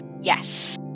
Yes